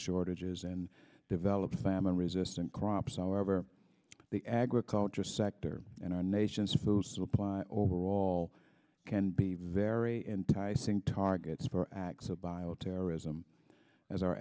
shortages and developed famine resistant crops are for the agriculture sector and our nation's food supply overall can be very enticing targets for acts of bio terrorism as our